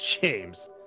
James